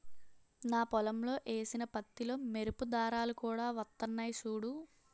నా పొలంలో ఏసిన పత్తిలో మెరుపు దారాలు కూడా వొత్తన్నయ్ సూడూ